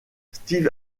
steve